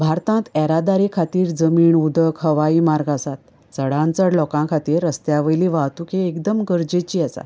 भारतांत येरादारी खातीर जमीन उदक हवाई मार्ग आसा चडांत चड लोकां खातीर रस्त्यावयली वाहतूक ही एकदम गरजेची आसा